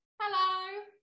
Hello